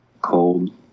cold